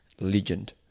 Legend